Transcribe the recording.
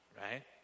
right